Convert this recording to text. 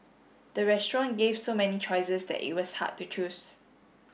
the restaurant gave so many choices that it was hard to choose